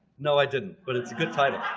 no i didn't but it's a good title